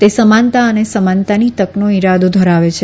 તે સમાનતા અને સમાનતાની તકનો ઈરાદો ધરાવે છે